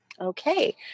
Okay